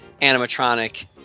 animatronic